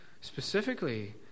specifically